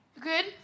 Good